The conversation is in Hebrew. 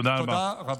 תודה רבה.